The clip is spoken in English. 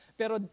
pero